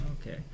Okay